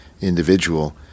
individual